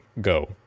go